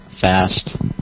fast